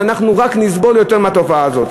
ואנחנו רק נסבול יותר מהתופעה הזאת.